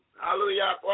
Hallelujah